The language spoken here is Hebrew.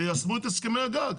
תיישמו את הסכמי הגג.